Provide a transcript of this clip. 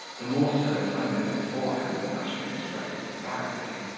the more so as i know beforehand that i shall express it badly.